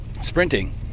sprinting